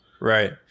Right